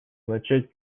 начать